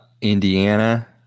Indiana